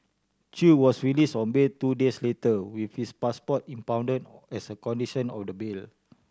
Chew was released on bail two days later with his passport impounded as a condition of the bail